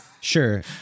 Sure